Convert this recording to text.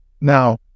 Now